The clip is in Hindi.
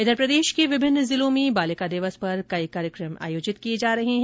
इधर प्रदेश के विभिन्न जिलों में बालिका दिवस पर कई कार्यक्रम आयोजित किए जा रहे हैं